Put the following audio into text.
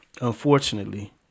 unfortunately